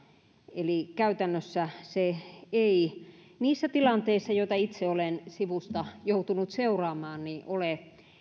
eli käytännössä se niissä tilanteissa joita itse olen sivusta joutunut seuraamaan ei